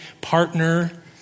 partner